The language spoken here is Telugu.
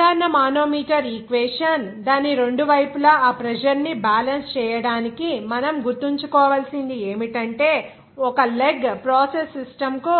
సాధారణ మానోమీటర్ ఈక్వేషన్ దాని రెండు వైపులా ఆ ప్రెజర్ ని బ్యాలెన్స్ చేయడానికి మనం గుర్తుంచుకోవలసినది ఏమిటంటే ఒక లెగ్ ప్రాసెస్ సిస్టమ్ కు